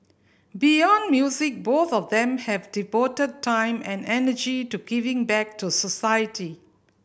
beyond music both of them have devoted time and energy to giving back to society